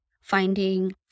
finding